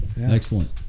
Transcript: Excellent